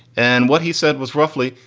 and what he said was roughly.